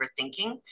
overthinking